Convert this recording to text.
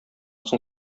соң